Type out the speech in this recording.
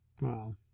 Well